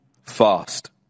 fast